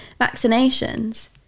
vaccinations